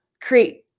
create